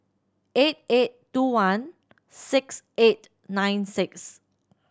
eight eight two one six eight nine six